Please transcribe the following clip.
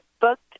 booked